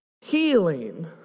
healing